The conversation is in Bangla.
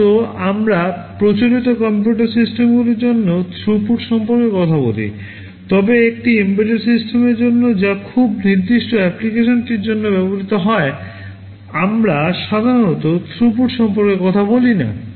সাধারণত আমরা প্রচলিত কম্পিউটার সিস্টেমগুলির জন্য থ্রুপুট সম্পর্কে কথা বলি তবে একটি এমবেডেড সিস্টেমের জন্য যা খুব নির্দিষ্ট অ্যাপ্লিকেশনটির জন্য ব্যবহৃত হয় আমরা সাধারণত থ্রুপুট সম্পর্কে কথা বলি না